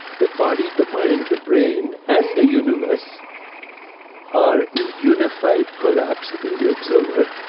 the body, the mind, the brain and the universe are a unified collapse in the observer,